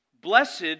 Blessed